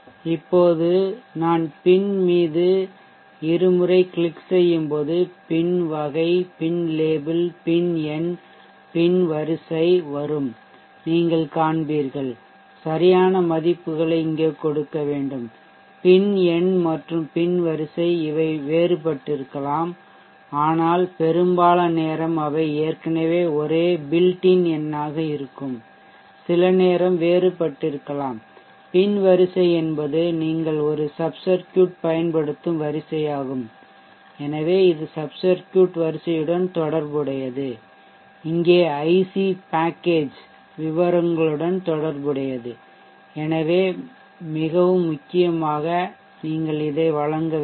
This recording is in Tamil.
இப்போது நான் pin மீது இருமுறை கிளிக் செய்யும் போது PIN வகை PIN லேபிள் PIN எண் PIN வரிசை வரும் நீங்கள் காண்பீர்கள் சரியான மதிப்புகளை இங்கே கொடுக்க வேண்டும் PIN எண் மற்றும் PIN வரிசை இவை வேறுபட்டிருக்கலாம் ஆனால் பெரும்பாலான நேரம் அவை ஏற்கனவே ஒரே பில்ட்டின் எண்ணாக இருக்கும் சில நேரம் வேறுபட்டிருக்கலாம் PIN வரிசை என்பது நீங்கள் ஒரு சப் சர்க்யூட் பயன்படுத்தும் வரிசையாகும் எனவே இது சப் சர்க்யூட் வரிசையுடன் தொடர்புடையது இங்கே ஐசி பேக்கேஜ்தொகுப்பு விவரங்களுடன் தொடர்புடையது எனவே மிகவும் முக்கியமாக நீங்கள் இதை வழங்க வேண்டும்